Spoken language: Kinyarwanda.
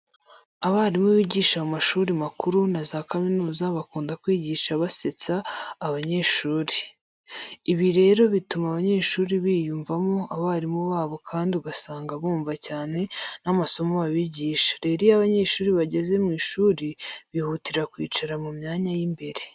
Abarimu bigisha mu mashuri makuru na za kaminuza bakunda kwigisha basetsa abanyeshuri. Ibi rero bituma abanyeshuri biyumvamo abarimu babo kandi ugasanga bumva cyane n'amasomo babigisha. Rero iyo abanyeshuri bageze mu ishuri bihutira kwicara mu myanya y'imbere.